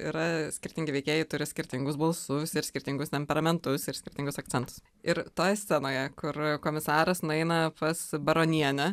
yra skirtingi veikėjai turi skirtingus balsus ir skirtingus temperamentus ir skirtingus akcentus ir toje scenoje kur komisaras nueina pas baronienę